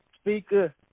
speaker